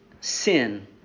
sin